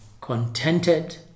contented